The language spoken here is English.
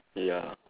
ya